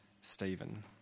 Stephen